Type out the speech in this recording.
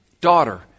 daughter